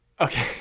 okay